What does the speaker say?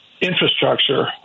infrastructure